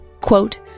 Quote